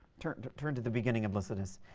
turn to turn to the beginning of lycidas.